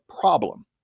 problem